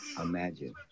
Imagine